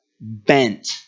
bent